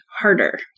harder